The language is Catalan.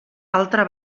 altra